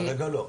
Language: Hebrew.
כרגע, לא.